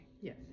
Yes